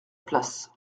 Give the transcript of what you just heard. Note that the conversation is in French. place